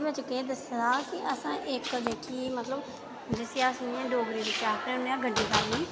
एह्दे बिच केह् दस्से दा कि असें इक जेह्की मतलब जिसी अस डोगरी च आखने होन्ने आं गड्डेदानी